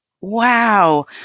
Wow